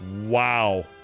Wow